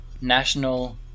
National